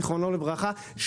זיכרונו לברכה,